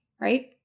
right